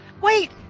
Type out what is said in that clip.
wait